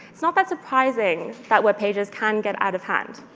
it's not that surprising that web pages can get out of hand.